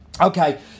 Okay